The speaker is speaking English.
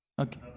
Okay